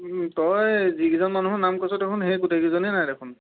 তই যিকেইজন মানুহৰ নাম কৈছ দেখোন সিহঁত গোটেইকেইজনে নাই দেখোন